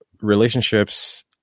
relationships